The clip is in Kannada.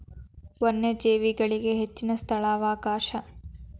ವನ್ಯಜೇವಿಗಳಿಗೆ ಹೆಚ್ಚಿನ ಸ್ಥಳಾವಕಾಶ